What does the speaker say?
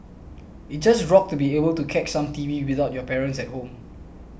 it just rocked to be able to catch some T V without your parents at home